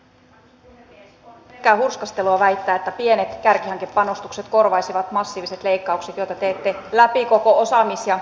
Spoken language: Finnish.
on pelkkää hurskastelua väittää että pienet kärkihankepanostukset korvaisivat massiiviset leikkaukset joita teette läpi koko osaamis ja koulutussektorin